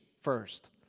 first